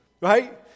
right